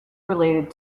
related